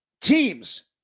teams